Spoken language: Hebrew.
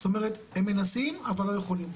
זאת אומרת הם מנסים אבל לא יכולים,